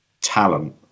talent